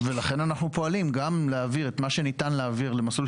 ולכן אנחנו פועלים להעביר את מה שניתן להעביר למסלול